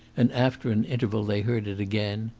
and after an interval they heard it again,